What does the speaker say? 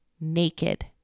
naked